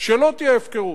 שלא תהיה הפקרות.